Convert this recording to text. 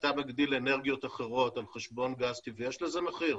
אתה מגדיל אנרגיות אחרות על חשבון גז טבעי יש לזה מחיר.